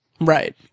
Right